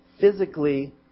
physically